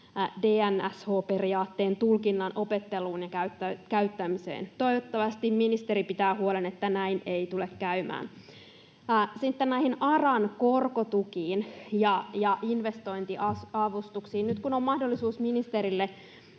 DNSH-periaatteen tulkinnan opetteluun ja käyttämiseen. Toivottavasti ministeri pitää huolen, että näin ei tule käymään. Sitten näihin ARAn korkotukiin ja investointiavustuksiin nyt, kun on mahdollisuus kertoa